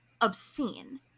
obscene